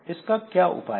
इसका क्या उपाय है